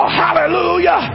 hallelujah